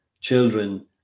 children